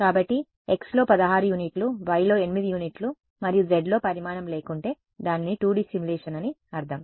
కాబట్టి x లో 16 యూనిట్లు y లో 8 యూనిట్లు మరియు z లో పరిమాణం లేకుంటే దాని 2D సిమ్యులేషన్ అని అర్థం